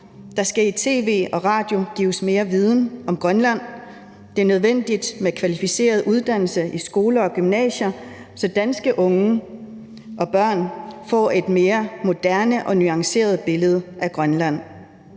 Der skal i tv og i radio gives mere viden om Grønland. Det er nødvendigt med kvalificerede uddannelser i skoler og gymnasier, så danske unge og børn får et mere moderne og mere nuanceret billede af Grønland.